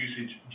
usage